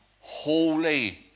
holy